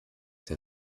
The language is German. der